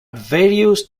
various